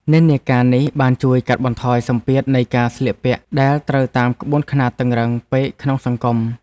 និន្នាការនេះបានជួយកាត់បន្ថយសម្ពាធនៃការស្លៀកពាក់ដែលត្រូវតាមក្បួនខ្នាតតឹងរ៉ឹងពេកក្នុងសង្គម។